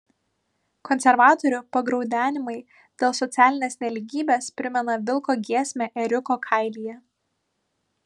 konservatorių pagraudenimai dėl socialinės nelygybės primena vilko giesmę ėriuko kailyje